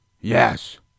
Yes